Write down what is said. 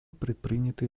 предпринятые